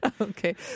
Okay